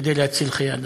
כדי להציל חיי אדם.